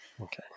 Okay